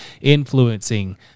influencing